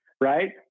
right